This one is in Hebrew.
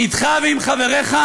אתך ועם חבריך,